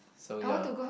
so ya